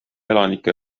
elanike